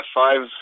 five